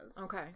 Okay